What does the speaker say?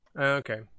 okay